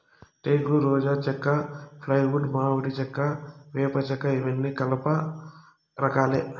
టేకు, రోజా చెక్క, ఫ్లైవుడ్, మామిడి చెక్క, వేప చెక్కఇవన్నీ కలప రకాలే